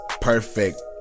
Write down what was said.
perfect